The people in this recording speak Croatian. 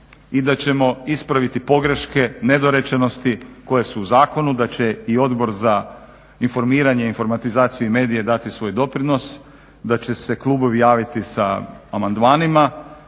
i da ćemo ispraviti pogreške, nedorečenosti koje su u zakonu da će i Odbor za informiranje, informatizaciju i medije dati svoj doprinos da će se klubovi javiti sa amandmanima